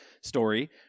story